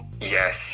yes